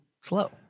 slow